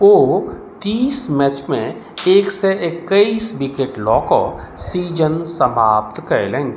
ओ तीस मैचमे एक सए एकैस विकेट लऽ कऽ सीजन समाप्त कयलनि